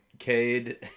Cade